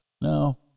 no